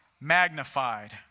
magnified